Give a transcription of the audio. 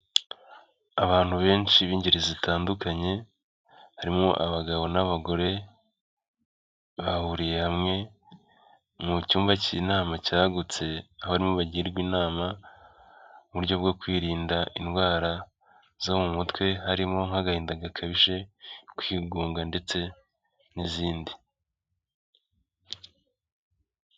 Abantu benshi b'ingeri zitandukanye, harimo abagabo n'abagore, bahuriye hamwe mu cyumba cy'inama cyagutse, aho barimo bagirwa inama kuburyo bwo kwirinda indwara zo mu mutwe, harimo nk'agahinda gakabije, kwigunga, ndetse n'izindi.